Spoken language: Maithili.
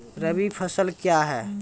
रबी फसल क्या हैं?